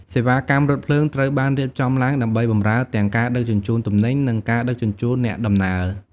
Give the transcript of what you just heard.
សេវាកម្មរថភ្លើងត្រូវបានរៀបចំឡើងដើម្បីបម្រើទាំងការដឹកជញ្ជូនទំនិញនិងការដឹកជញ្ជូនអ្នកដំណើរ។